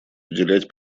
уделять